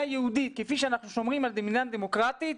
יהודית כפי שאנחנו שומרים על מדינה דמוקרטית,